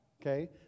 okay